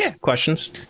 Questions